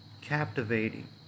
captivating